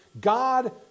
God